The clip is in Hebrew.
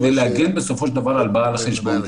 כדי להגן בסופו של דבר על בעל החשבון,